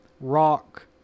rock